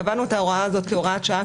קבענו את ההוראה הזאת כהוראת שעה,